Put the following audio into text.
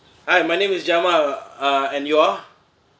hi my name is jamal uh and you are